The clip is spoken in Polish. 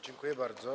Dziękuję bardzo.